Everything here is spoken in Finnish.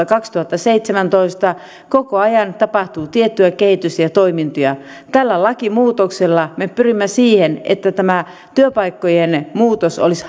kaksituhattaseitsemäntoista koko ajan tapahtuu tiettyä kehitystä ja toimintoja tällä lakimuutoksella me pyrimme siihen että tämä työpaikkojen muutos olisi